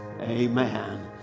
Amen